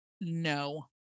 no